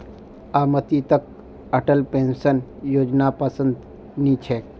अमितक अटल पेंशन योजनापसंद नी छेक